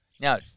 Now